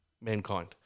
mankind